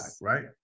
right